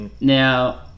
Now